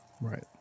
right